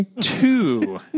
two